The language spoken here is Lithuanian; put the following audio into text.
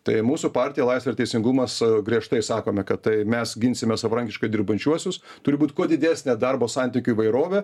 tai mūsų partija laisvė ir teisingumas griežtai sakome kad tai mes ginsime savarankiškai dirbančiuosius turi būt kuo didesnė darbo santykių įvairovė